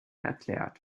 erklärt